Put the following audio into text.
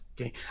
Okay